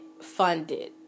funded